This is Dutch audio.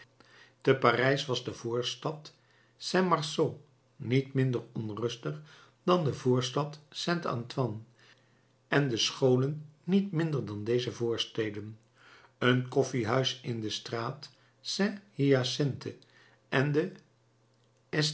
te parijs was de voorstad saint marceau niet minder onrustig dan de voorstad saint antoine en de scholen niet minder dan deze voorsteden een koffiehuis in de straat saint hyacinthe en de